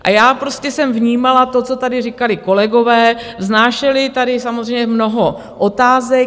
A já prostě jsem vnímala to, co tady říkali kolegové, vznášeli tady samozřejmě mnoho otázek.